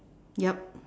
yup